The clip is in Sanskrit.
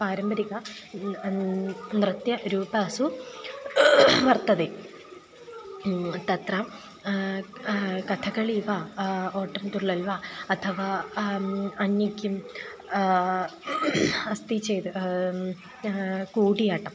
पारम्परिक नृत्यरूपेषु वर्तते तत्र कथकळि पा ओटन्तुळ्ळल्व अथवा अन्यं किम् अस्ति चेद् कूडियाट्टम्